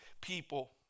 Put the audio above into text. people